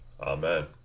Amen